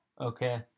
Okay